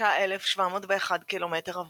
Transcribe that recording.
23,701 קמ"ר,